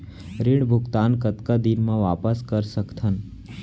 ऋण भुगतान कतका दिन म वापस कर सकथन?